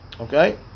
Okay